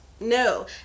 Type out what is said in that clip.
No